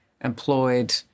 employed